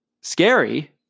scary